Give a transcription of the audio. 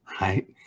right